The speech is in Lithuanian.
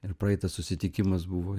ir praeitas susitikimas buvo